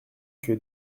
que